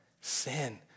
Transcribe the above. sin